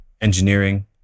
engineering